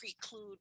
preclude